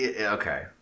Okay